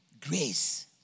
Grace